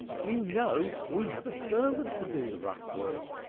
you know we have a servant to do the rough work.